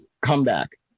comeback